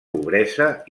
pobresa